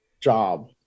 job